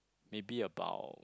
maybe about